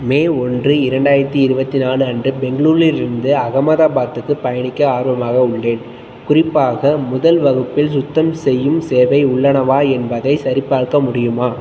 மே ஒன்று இரண்டாயிரத்தி இருபத்தி நாலு அன்று பெங்களூரிலிருந்து அகமதாபாத்துக்கு பயணிக்க ஆர்வமாக உள்ளேன் குறிப்பாக முதல் வகுப்பில் சுத்தம் செய்யும் சேவை உள்ளனவா என்பதைச் சரிபார்க்க முடியுமா